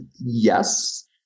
yes